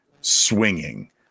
swinging